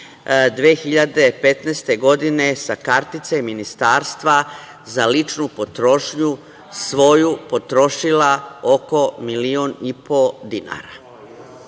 2015. godine sa kartice ministarstva za ličnu potrošnju potrošila oko milion i po dinara.